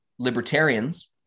libertarians